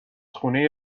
خونه